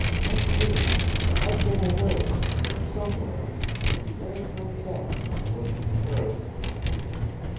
i'd do it i'd go away somewhere and never come back, if it wasn't for her, she breathed.